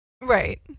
Right